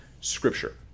scripture